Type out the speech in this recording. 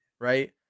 right